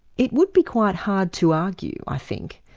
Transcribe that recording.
it would be quite hard to argue, i think,